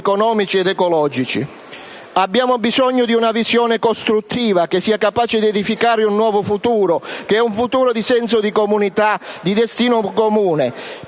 economici ed ecologici. Abbiamo bisogno di una visione costruttiva che sia capace di edificare un nuovo futuro, che è un futuro di senso di comunità, di destino comune.